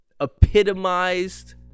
epitomized